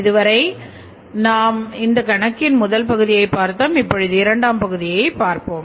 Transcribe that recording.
இதுவரை நாம் இந்த கணக்கின் முதல் பகுதியைப் பார்த்தோம் இப்பொழுது இரண்டாம் பகுதியை காண்போம்